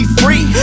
free